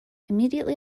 immediately